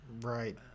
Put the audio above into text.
right